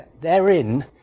therein